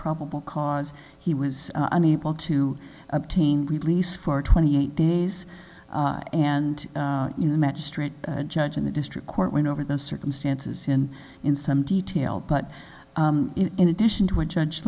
probable cause he was unable to obtain release for twenty eight days and you know the magistrate judge in the district court went over the circumstances in in some detail but in addition to a judge